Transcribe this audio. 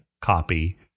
copy